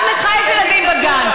גם לך יש ילדים בגן.